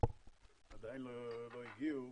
עדיין לא הגיעו,